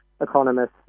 economists